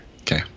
okay